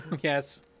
Yes